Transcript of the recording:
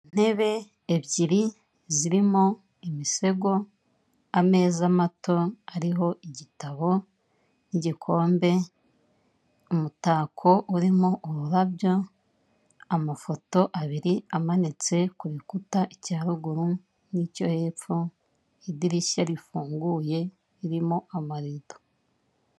Intebe ebyiri zirimo imisego, ameza mato ariho igitabo n'igikombe, umutako urimo ururabyo, amafoto abiri amanitse ku rukuta icya ruguru nk'icyo hepfo, idirishya rifunguye ririmo amarido.